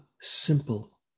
simple